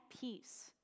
peace